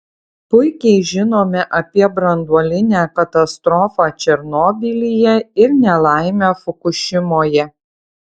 puikiai žinome apie branduolinę katastrofą černobylyje ir nelaimę fukušimoje